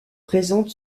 présente